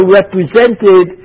represented